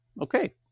okay